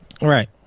Right